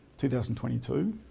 2022